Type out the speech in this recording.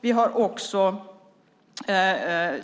Vi har också